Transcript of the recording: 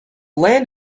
land